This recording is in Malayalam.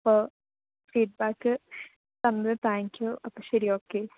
അപ്പോള് ഫീഡ്ബാക്ക് തന്നത് താങ്ക്യൂ അപ്പോള് ശരി ഓക്കെ